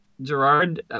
Gerard